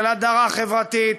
של הדרה חברתית,